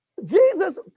Jesus